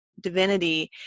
divinity